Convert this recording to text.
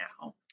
now